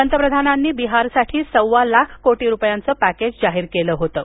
पंतप्रधानांनी बिहारसाठी सव्वा लाख कोटी रुपयांचं पॅकेज जाहीर केलं होतं